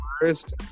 first